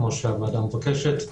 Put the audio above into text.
כמו שהוועדה מבקשת.